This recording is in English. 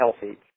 healthy